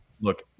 Look